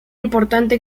importante